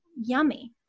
yummy